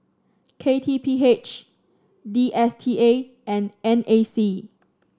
K T P H D S T A and N A C